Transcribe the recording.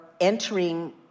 entering